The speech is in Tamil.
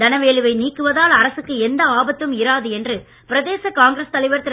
தனவேலு வை நீக்குவதால் அரசுக்கு எந்த ஆபத்தும் இராது என்று பிரதேச காங்கிரஸ் தலைவர் திரு